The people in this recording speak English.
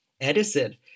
Edison